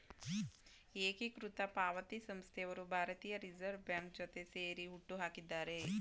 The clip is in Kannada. ಏಕೀಕೃತ ಪಾವತಿ ಸಂಸ್ಥೆಯವರು ಭಾರತೀಯ ರಿವರ್ಸ್ ಬ್ಯಾಂಕ್ ಜೊತೆ ಸೇರಿ ಹುಟ್ಟುಹಾಕಿದ್ದಾರೆ